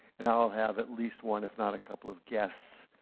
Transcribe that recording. and i'll have at least one, if not a couple of guests.